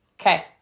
okay